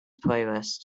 playlist